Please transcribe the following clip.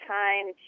time